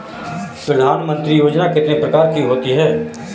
प्रधानमंत्री योजना कितने प्रकार की होती है?